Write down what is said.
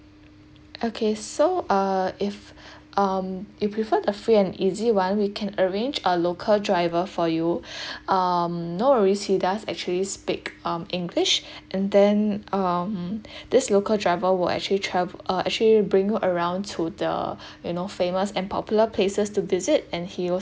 okay so uh if um you prefer the free and easy one we can arrange a local driver for you um no worries he does actually speak um english and then um this local driver will actually trav~ uh actually bring you around to the you know famous and popular places to visit and he will